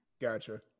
Gotcha